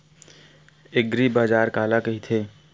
एग्रीबाजार काला कइथे?